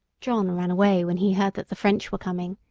john ran away when he heard that the french were coming.